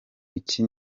iki